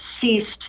ceased